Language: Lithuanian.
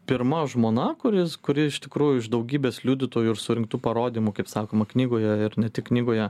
pirma žmona kuris kuri iš tikrųjų iš daugybės liudytojų ir surinktų parodymų kaip sakoma knygoje ir ne tik knygoje